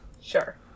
Sure